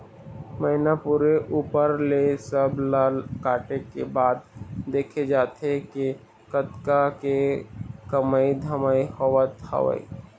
महिना पूरे ऊपर ले सब ला काटे के बाद देखे जाथे के कतका के कमई धमई होवत हवय